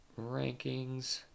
rankings